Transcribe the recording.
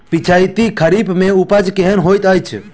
पिछैती खरीफ मे उपज केहन होइत अछि?